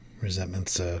Resentment's